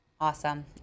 Awesome